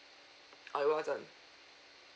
or it wasn't